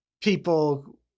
people